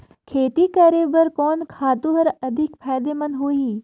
खेती करे बर कोन खातु हर अधिक फायदामंद होही?